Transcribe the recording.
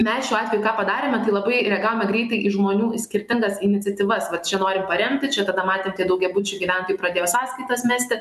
mes šiuo atveju ką padarėme tai labai reagavome greitai į žmonių skirtingas iniciatyvas va čia norim paremti čia tada matėm tie daugiabučių gyventojai pradėjo sąskaitas mesti